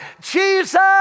Jesus